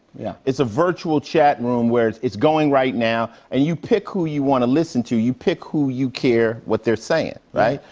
yeah. it's a virtual chat room where it's it's going right now and you pick who you want to listen to. you pick who you care what they're saying, right?